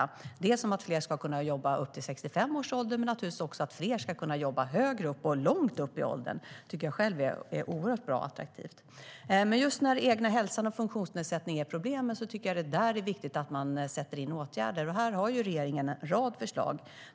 Det handlar dels om att fler ska kunna jobba till 65 års ålder, dels om att fler ska kunna jobba ännu längre, långt upp i åldrarna. Det tycker jag vore oerhört bra. När den egna hälsan eller en funktionsnedsättning är problemet tycker jag att det är viktigt att sätta in åtgärder just där. Här har regeringen en rad förslag.